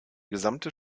gesamte